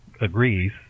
agrees